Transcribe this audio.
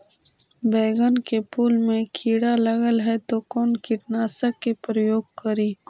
बैगन के फुल मे कीड़ा लगल है तो कौन कीटनाशक के प्रयोग करि?